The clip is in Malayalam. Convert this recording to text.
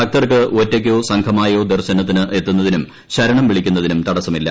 ഭക്തർക്ക് ഒറ്റയ്ക്കോ സംഘമായോ ദർശനത്തിന് എത്തുന്നതിനും ശരണം വിളിക്കുന്നതിനും തടസ്സമില്ല